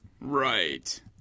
right